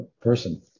person